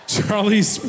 Charlie's